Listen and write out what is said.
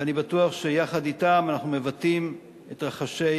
ואני בטוח שיחד אתם אנחנו מבטאים את רחשי